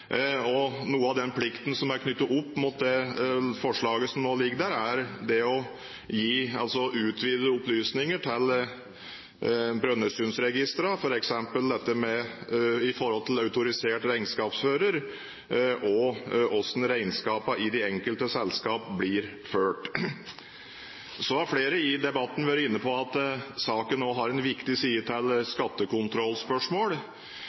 og noe av den plikten som er knyttet opp mot det forslaget som nå ligger der, er å gi utvidede opplysninger til Brønnøysundregistrene, f.eks. i forhold til autorisert regnskapsfører, og hvordan regnskapene i de enkelte selskap blir ført. Så har flere i debatten vært inne på at saken har en viktig side knyttet til